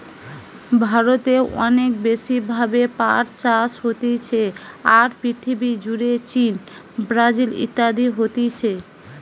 ভারতে অনেক বেশি ভাবে পাট চাষ হতিছে, আর পৃথিবী জুড়ে চীন, ব্রাজিল ইত্যাদিতে হতিছে